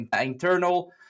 internal